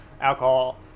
alcohol